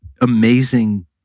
amazing